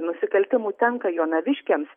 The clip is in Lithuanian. nusikaltimų tenka jonaviškiams